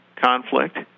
conflict